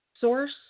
source